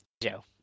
Joe